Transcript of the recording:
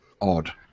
odd